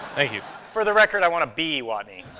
thank you. for the record, i want to be watney.